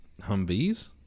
Humvees